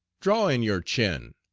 draw-in-your-chin,